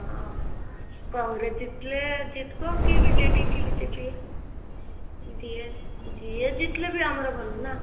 ହଁ କଂଗ୍ରେସ ଜିତିଲେ ଜିତିବ କି ବିଜେଡ଼ି କି ବିଜେପି ଯିଏ ଯିଏ ଜିତିଲେ ବି ଆମର ଭଲ ନା